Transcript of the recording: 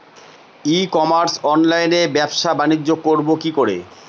ই commerce অনলাইনে ব্যবসা বানিজ্য করব কি করে?